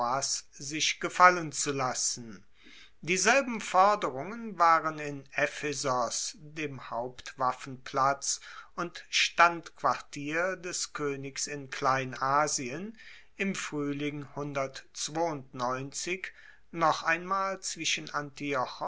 sich gefallen zu lassen dieselben forderungen waren in ephesos dem hauptwaffenplatz und standquartier des koenigs in kleinasien im fruehling noch einmal zwischen